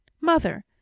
mother